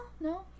no